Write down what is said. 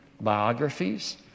biographies